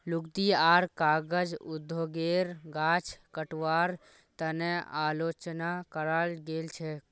लुगदी आर कागज उद्योगेर गाछ कटवार तने आलोचना कराल गेल छेक